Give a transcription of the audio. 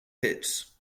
hits